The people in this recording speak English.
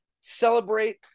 celebrate